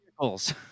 vehicles